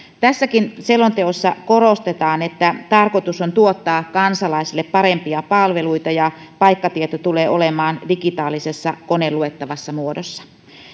tässäkin selonteossa korostetaan että tarkoitus on tuottaa kansalaisille parempia palveluita ja paikkatieto tulee olemaan digitaalisessa koneluettavassa muodossa